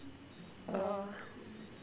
uh